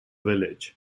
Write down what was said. village